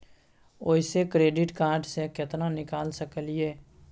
ओयसे credit card से केतना निकाल सकलियै?